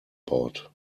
baut